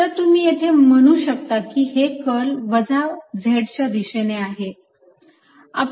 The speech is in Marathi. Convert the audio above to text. तर तुम्ही येथे म्हणू शकता की हे कर्ल वजा z च्या दिशेने आहे